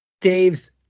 Dave's